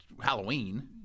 Halloween